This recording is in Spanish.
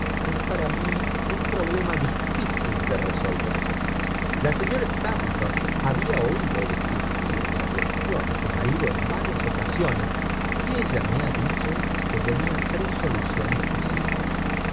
es para mi un problema difícil de resolver la señora stapleton había ofd disentir la cuestión á s u marido en varias ocasiones y ella me ha dicho que tenía tres soluciones posibles